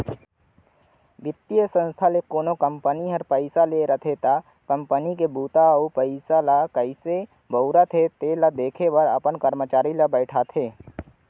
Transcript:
बित्तीय संस्था ले कोनो कंपनी ह पइसा ले रहिथे त कंपनी के बूता अउ पइसा ल कइसे बउरत हे तेन ल देखे बर अपन करमचारी बइठाथे